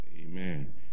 Amen